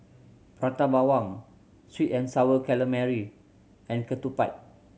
Prata Bawang sweet and Sour Calamari and ketupat